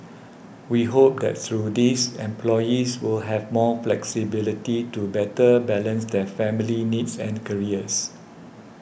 we hope that through these employees will have more flexibility to better balance their family needs and careers